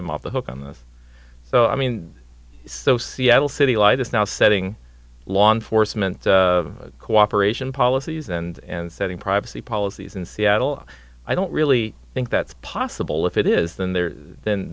them off the hook on this so i mean so seattle city light is now setting law enforcement cooperation policies and setting privacy policies in seattle i don't really think that's possible if it isn't there then